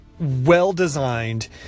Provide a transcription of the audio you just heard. well-designed